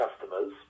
customers